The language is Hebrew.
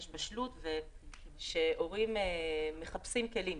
יש בשלות והורים מחפשים כלים.